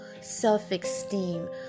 self-esteem